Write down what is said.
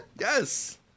yes